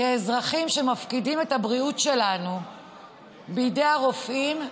כאזרחים שמפקידים את הבריאות שלנו בידי הרופאים,